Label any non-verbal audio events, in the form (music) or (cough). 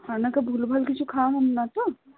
আর (unintelligible) ভুলভাল কিছু খাওয়াবেন না তো